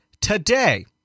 today